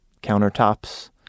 countertops